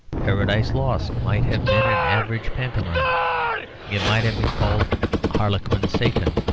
paradise lost might have been an average pantomime it might have been called harlequin satan,